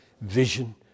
vision